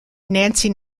nancy